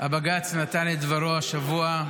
-- בג"ץ נתן את דברו השבוע,